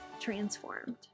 transformed